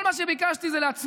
כל מה שביקשתי זה להצמיד